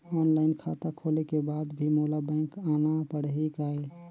Online खाता खोले के बाद भी मोला बैंक आना पड़ही काय?